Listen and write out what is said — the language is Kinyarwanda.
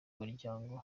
muryango